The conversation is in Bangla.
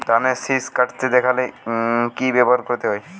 ধানের শিষ কাটতে দেখালে কি ব্যবহার করতে হয়?